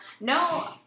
no